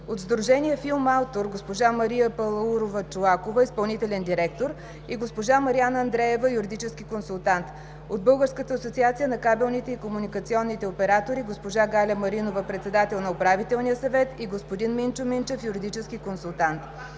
от Сдружение „Филмаутор“: госпожа Мария Палаурова-Чолакова – изпълнителен директор и госпожа Мариана Андреева – юридически консултант; от „Българската асоциация на кабелните и комуникационните оператори“: госпожа Галя Маринова – председател на управителния съвет и господин Минчо Минчев – юридически консултант.